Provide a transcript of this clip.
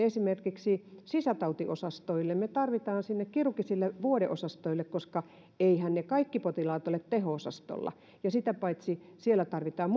esimerkiksi sisätautiosastoille me tarvitsemme hoitajia kirurgisille vuodeosastoille koska eiväthän ne kaikki potilaat ole teho osastolla ja sitä paitsi siellä tarvitaan